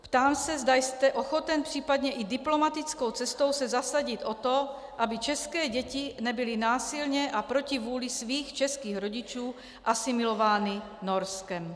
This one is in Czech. Ptám se, zda jste ochoten případně i diplomatickou cestou se zasadit o to, aby české děti nebyly násilně a proti vůli svých českých rodičů asimilovány Norskem.